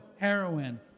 heroin